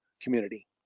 community